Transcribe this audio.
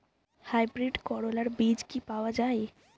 Hybrid করলার বীজ কি পাওয়া যায়?